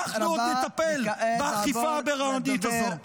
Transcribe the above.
אנחנו עוד נטפל באכיפה הבררנית הזו.